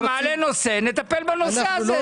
אתה מעלה נושא - נטפל בנושא הזה.